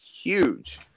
huge